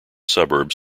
suburbs